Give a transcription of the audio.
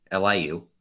LIU